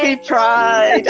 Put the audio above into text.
ah try